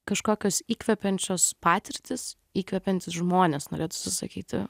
kažkokios įkvepiančios patirtys įkvepiantys žmonės norėtųsi sakyti